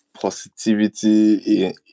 positivity